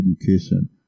education